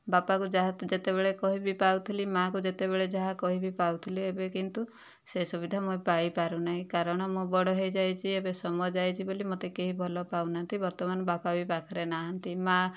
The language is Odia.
ବାପାକୁ ଯାହାବି ଯେତେବେଳେ କହିବି ପାଉଥିଲି ମା'କୁ ଯେତେବେଳେ ଯାହା କହିବି ପାଉଥିଲି ଏବେ କିନ୍ତୁ ସେ ସୁବିଧା ମୁଁ ପାଇଁପାରୁ ନାହିଁ କାରଣ ମୁଁ ବଡ଼ ହୋଇଯାଇଛି ଏବେ ସମୟ ଯାଇଛି ବୋଲି ମୋତେ କେହି ଭଲ ପାଉ ନାହାନ୍ତି ବର୍ତ୍ତମାନ ବାପା ବି ପାଖରେ ନାହାନ୍ତି ମା'